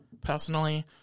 personally